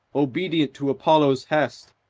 obedient to apollo's hest,